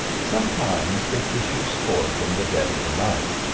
sometimes it issues forth in the dead of the night,